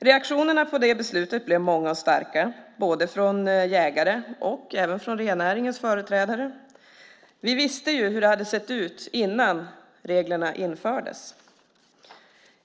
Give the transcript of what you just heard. Reaktionerna på det beslutet blev många och starka både från jägare och från rennäringens företrädare. Vi visste ju hur det hade sett ut innan reglerna infördes.